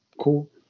cool